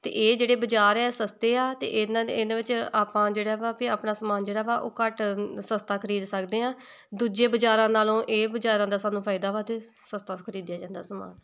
ਅਤੇ ਇਹ ਜਿਹੜੇ ਬਜ਼ਾਰ ਆ ਸਸਤੇ ਆ ਅਤੇ ਇਹਨਾਂ ਦੇ ਇਹਨਾਂ ਵਿੱਚ ਆਪਾਂ ਜਿਹੜਾ ਵਾ ਵੀ ਆਪਣਾ ਸਮਾਨ ਜਿਹੜਾ ਵਾ ਉਹ ਘੱਟ ਸਸਤਾ ਖਰੀਦ ਸਕਦੇ ਹਾਂ ਦੂਜੇ ਬਜ਼ਾਰਾਂ ਨਾਲੋਂ ਇਹ ਬਜ਼ਾਰਾਂ ਦਾ ਸਾਨੂੰ ਫਾਇਦਾ ਵਾ ਅਤੇ ਸਸਤਾ ਖਰੀਦਿਆ ਜਾਂਦਾ ਸਮਾਨ